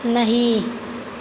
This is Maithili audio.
नहि